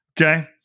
Okay